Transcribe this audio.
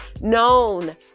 known